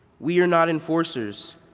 we are not enforce ers.